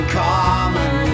common